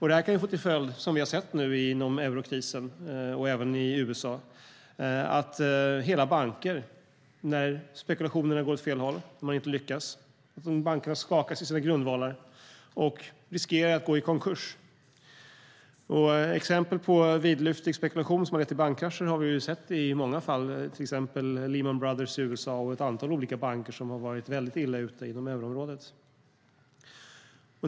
Det här kan få till följd, som vi har sett nu i eurokrisen och även i USA, att hela banker, när spekulationerna går åt fel håll och när man inte lyckas, skakas i sina grundvalar och riskerar att gå i konkurs. Exempel på vidlyftig spekulation som har lett till bankkrascher har vi sett i många fall, till exempel Lehman Brothers i USA. Och ett antal olika banker har varit väldigt illa ute inom euroområdet.